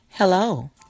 Hello